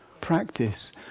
practice